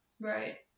Right